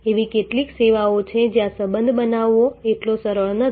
એવી કેટલીક સેવાઓ છે જ્યાં સંબંધ બનાવવો એટલું સરળ નથી